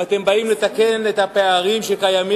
אם אתם באים לתקן את הפערים שקיימים,